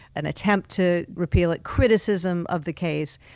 an attempt to repeal it, criticism of the case,